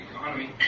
economy